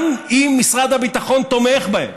גם אם משרד הביטחון תומך בהם,